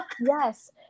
Yes